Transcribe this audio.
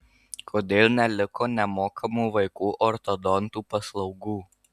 kodėl neliko nemokamų vaikų ortodontų paslaugų